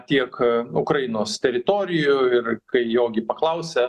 tiek ukrainos teritorijų ir kai jo gi paklausė